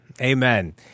Amen